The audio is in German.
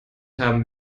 haben